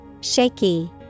Shaky